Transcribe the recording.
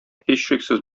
һичшиксез